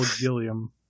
Gilliam